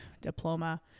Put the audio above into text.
diploma